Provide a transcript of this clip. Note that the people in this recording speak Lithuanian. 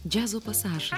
džiazo pasažai